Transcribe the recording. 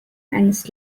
eines